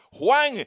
Juan